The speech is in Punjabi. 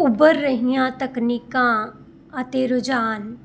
ਉੱਭਰ ਰਹੀਆਂ ਤਕਨੀਕਾਂ ਅਤੇ ਰੁਝਾਨ